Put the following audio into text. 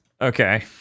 Okay